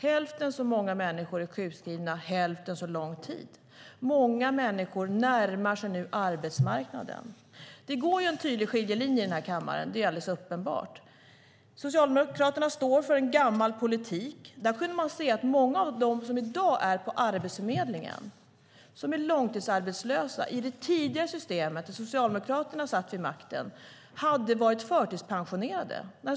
Hälften så många människor är sjukskrivna och hälften så lång tid. Många människor närmar sig nu arbetsmarknaden. Det går en tydlig skiljelinje i den här kammaren. Det är alldeles uppenbart. Socialdemokraterna står för en gammal politik. Många av dem som i dag är på Arbetsförmedlingen och som är långtidsarbetslösa hade i det tidigare systemet, när Socialdemokraterna satt vid makten, varit förtidspensionerade.